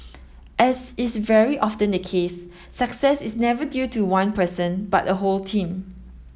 as is very often the case success is never due to one person but a whole team